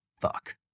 Fuck